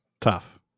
tough